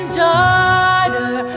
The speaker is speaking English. daughter